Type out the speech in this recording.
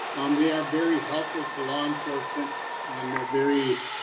on the are very helpful to law enforcement and not very.